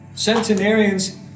Centenarians